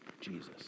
Jesus